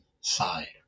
side